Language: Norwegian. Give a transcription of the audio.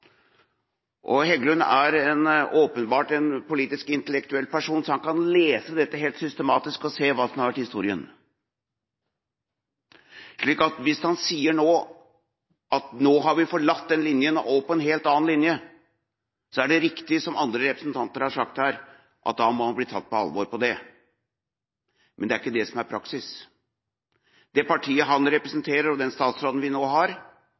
Heggelund er åpenbart en politisk intellektuell person, så han kan lese dette helt systematisk og se hva som har vært historien. Når han sier at vi nå har forlatt den linjen og gått over på en helt annen linje, er det riktig som andre representanter har sagt her, at da må han bli tatt på alvor på det. Men det er ikke det som er praksis. Det partiet han representerer, og den statsråden vi nå har,